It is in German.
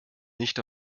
nicht